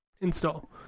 install